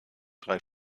drei